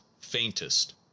faintest